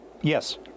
Yes